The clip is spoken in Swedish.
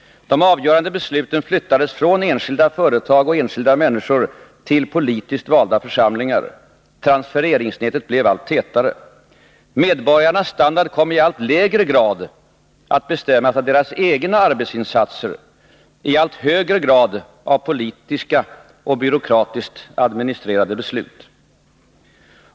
De avgörande besluten flyttades från enskilda företag och enskilda människor till politiskt valda församlingar. Transfereringsnätet blev allt tätare. Medborgarnas standard kom i allt lägre grad att bestämmas av deras egna arbetsinsatser och i allt högre grad av politiska och byråkratiskt administrerade beslut.